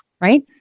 right